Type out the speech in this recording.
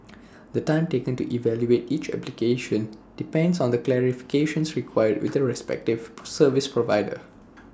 the time taken to evaluate each application depends on the clarifications required with the respective service provider